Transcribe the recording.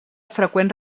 freqüents